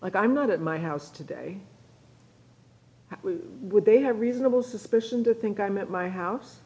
like i'm not at my house today would they have reasonable suspicion to think i'm at my house